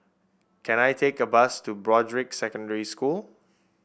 can I take a bus to Broadrick Secondary School